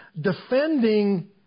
defending